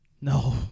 no